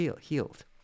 healed